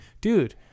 dude